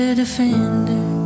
defender